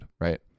right